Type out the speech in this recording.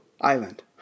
Island